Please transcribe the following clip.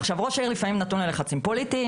עכשיו ראש העיר לפעמים נתון ללחצים פוליטיים,